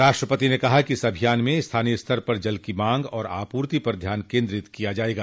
राष्ट्रपति ने कहा कि इस अभियान में स्थानीय स्तर पर जल की मांग और आपूर्ति पर ध्यान केन्द्रित किया जाएगा